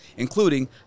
including